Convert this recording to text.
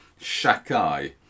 shakai